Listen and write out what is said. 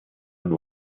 and